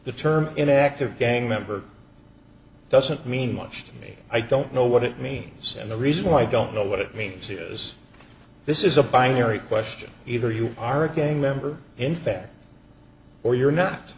the term in active gang member doesn't mean much to me i don't know what it means and the reason why i don't know what it means here is this is a binary question either you are a gang member in effect or you're not